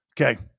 Okay